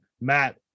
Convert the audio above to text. Matt